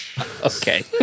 Okay